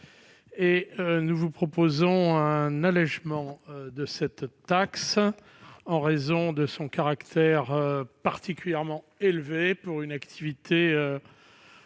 Nous vous proposons un allégement de cette taxe, en raison de son caractère particulièrement élevé pour une activité